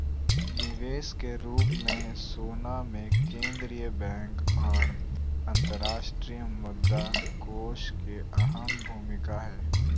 निवेश के रूप मे सोना मे केंद्रीय बैंक आर अंतर्राष्ट्रीय मुद्रा कोष के अहम भूमिका हय